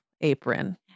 apron